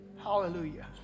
hallelujah